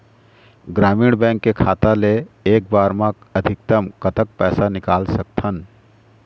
ग्रामीण बैंक के खाता ले एक बार मा अधिकतम कतक पैसा निकाल सकथन?